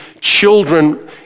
children